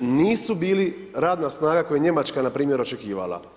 nisu bili radna snaga, koje je Njemačka npr. očekivala.